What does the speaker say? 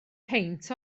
peint